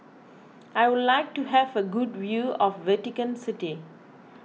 I would like to have a good view of Vatican City